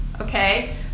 okay